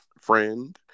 friend